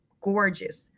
gorgeous